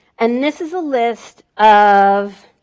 and this is a list of